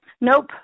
Nope